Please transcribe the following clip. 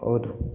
आओर